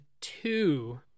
two